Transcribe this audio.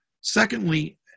Secondly